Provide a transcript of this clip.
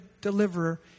deliverer